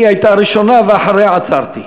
היא הייתה הראשונה, ואחריה עצרתי.